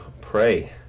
pray